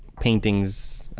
paintings,